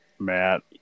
Matt